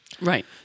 Right